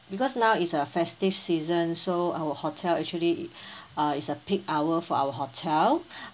because now is a festive season so our hotel actually uh is a peak hour for our hotel